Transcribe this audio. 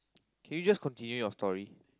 can you just continue your story